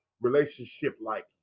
relationship-like